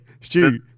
Stu